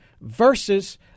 versus